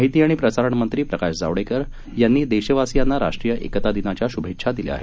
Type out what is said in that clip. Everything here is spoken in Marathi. माहिती आणि प्रसारण मंत्री प्रकाश जावडेकर यांनी देशवासियांना राष्ट्रीय एकता दिनाच्या शुभेच्छा दिल्या आहेत